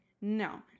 no